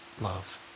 love